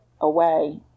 away